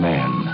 Man